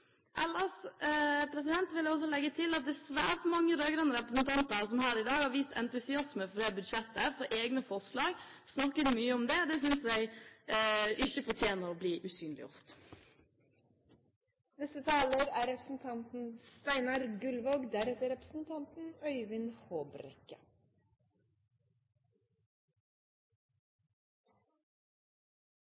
vil jeg også legge til at det er svært mange rød-grønne representanter som her i dag har vist entusiasme for budsjettet, for egne forslag, og snakket mye om det. Det synes jeg ikke fortjener å bli usynliggjort. Jeg forstår det slik at Fremskrittspartiet etter moden overveielse er